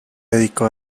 dedicó